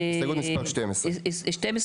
הסתייגות מספר 12. טוב.